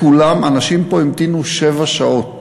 אנשים המתינו פה שבע שעות